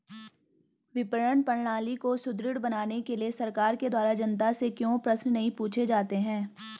विपणन प्रणाली को सुदृढ़ बनाने के लिए सरकार के द्वारा जनता से क्यों प्रश्न नहीं पूछे जाते हैं?